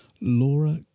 Laura